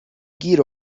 گیر